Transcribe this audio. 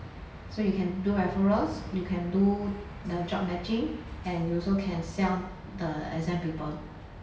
so you can do referrals you can do the job matching and you also can sell the exam paper